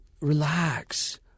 relax